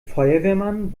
feuerwehrmann